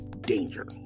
danger